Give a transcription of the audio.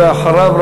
ואחריו,